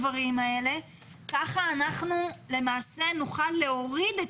כך למעשה נוכל להוריד את